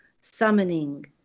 summoning